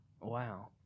Wow